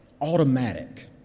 automatic